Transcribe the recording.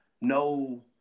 no